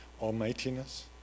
almightiness